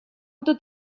tot